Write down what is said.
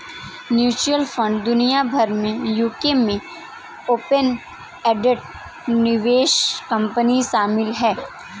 mutual fund दुनिया भर में यूके में ओपन एंडेड निवेश कंपनी शामिल हैं